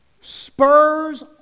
Spurs